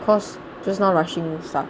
cause just now rushing stuff